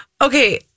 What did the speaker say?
Okay